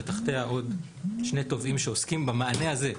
ותחתיה עוד שני תובעים שעוסקים במענה הזה,